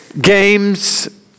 games